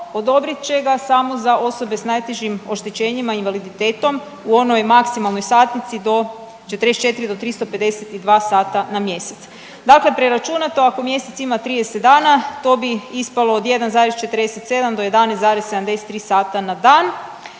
odobrit će ga samo za osobe s najtežim oštećenjima i invaliditetom u onoj maksimalnoj satnici do 44 do 352 sata na mjesec. Dakle preračunato, ako mjesec ima 30 dana, to bi ispalo od 1,47 do 11,73 sata na dan.